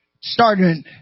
Starting